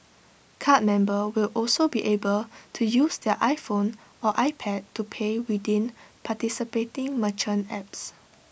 card members will also be able to use their iPhone or iPad to pay within participating merchant apps